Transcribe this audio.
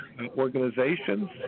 organizations